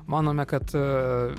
manome kad